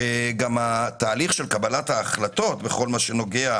שגם התהליך של קבלת ההחלטות בכל מה שנוגע